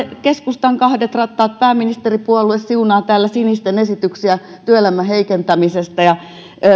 keskustan kahdet rattaat pääministeripuolue siunaa täällä sinisten esityksiä työelämän heikentämisestä ja